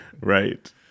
Right